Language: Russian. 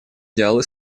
идеалы